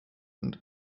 und